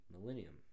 millennium